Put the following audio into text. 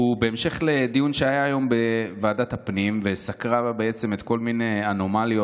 בהמשך לדיון שהיה היום בוועדת הפנים שסקרה כל מיני אנומליות,